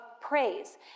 praise